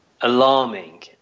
alarming